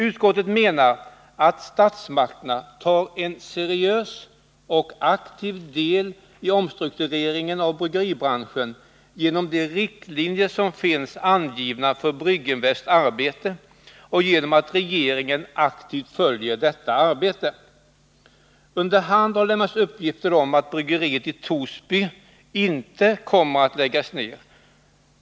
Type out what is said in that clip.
Utskottet menar att statsmakterna tar en seriös och aktiv del i omstruktureringen av bryggeri branschen genom de riktlinjer som finns angivna för Brygginvests arbete och genom att regeringen aktivt följer detta arbete. Under hand har det lämnats uppgifter om att bryggeriet i Torsby inte kommer att läggas ned.